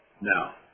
Now